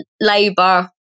Labour